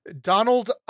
Donald